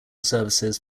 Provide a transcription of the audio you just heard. services